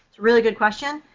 really good question.